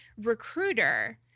recruiter